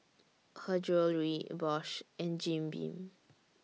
Her Jewellery Bosch and Jim Beam